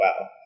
wow